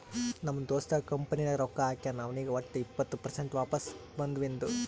ನಮ್ ದೋಸ್ತ ಕಂಪನಿ ನಾಗ್ ರೊಕ್ಕಾ ಹಾಕ್ಯಾನ್ ಅವ್ನಿಗ್ ವಟ್ ಇಪ್ಪತ್ ಪರ್ಸೆಂಟ್ ವಾಪಸ್ ಬದುವಿಂದು